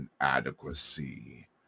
inadequacy